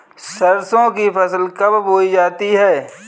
सरसों की फसल कब बोई जाती है?